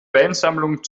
weinsammlung